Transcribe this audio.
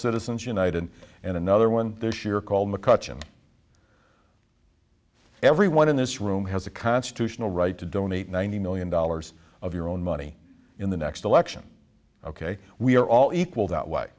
citizens united and another one this year called mccutcheon everyone in this room has a constitutional right to donate ninety million dollars of your own money in the next election ok we are all equal that way